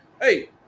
hey